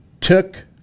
took